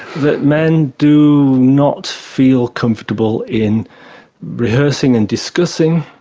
that men do not feel comfortable in rehearsing and discussing,